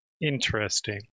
Interesting